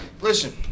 listen